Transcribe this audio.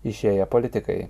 išėję politikai